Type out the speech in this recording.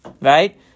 right